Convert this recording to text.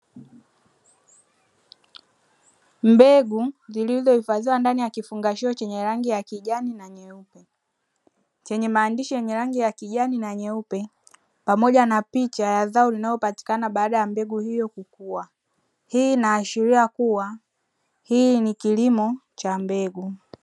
Mbegu zilizohifadhiwa ndani ya kifungashio chenye rangi ya kijani na nyeupe, chenye maandishi ya rangi ya kijani na nyeupe pamoja na picha ya zao linalopatikana baada ya mbegu hiyo kukua, hii inaashiria kuwa hii ni kilimo cha mbegu.